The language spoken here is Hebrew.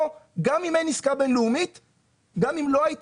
פה, גם אם אין